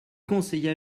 conseilla